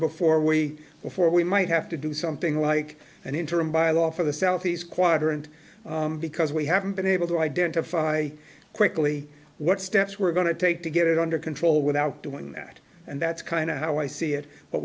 are we before we might have to do something like an interim by law for the southeast quadrant because we haven't been able to identify quickly what steps we're going to take to get it under control without doing that and that's kind of how i see it but